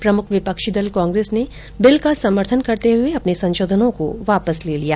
प्रमुख विपक्षी दल कांग्रेस ने बिल का समर्थन करते हुए अपने संशोधनों को वापस ले लिया